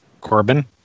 Corbin